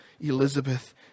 Elizabeth